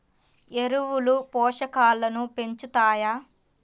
ఎరువులు పోషకాలను పెంచుతాయా?